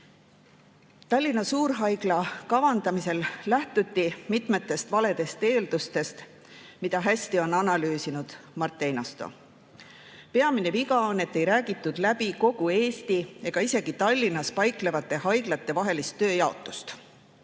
arutelu. Tallinna suurhaigla kavandamisel lähtuti mitmetest valedest eeldustest, mida hästi on analüüsinud Mart Einasto. Peamine viga on see, et ei räägitud läbi kogu Eestis, isegi mitte Tallinnas paiknevate haiglate vahelist tööjaotust.